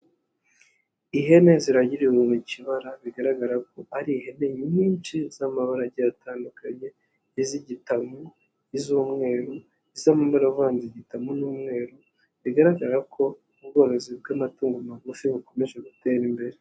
Ihene zirangiriye mu mu kibara bigaragara ko ari ihene nyinshi z'amabarage atandukanye, iz'igitare, n'iz'umweru, iz'amabara avangitiranye n'umweru, bigaragara ko ubworozi bw'amatungo magufi bukomeje gutera imbere.